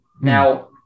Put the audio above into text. Now